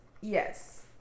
Yes